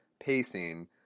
pacing